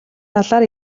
талаар